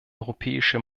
europäische